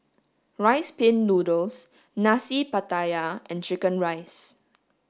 rice pin noodles Nasi Pattaya and chicken rice